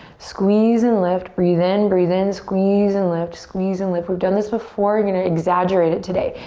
squeeze and lift. breathe in, breathe in, squeeze and lift, squeeze and lift. we've done this before. you're gonna exaggerate it today.